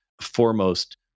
foremost